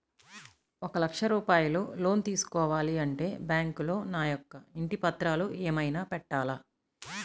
ఒక లక్ష రూపాయలు లోన్ తీసుకోవాలి అంటే బ్యాంకులో నా యొక్క ఇంటి పత్రాలు ఏమైనా పెట్టాలా?